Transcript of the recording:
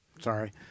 sorry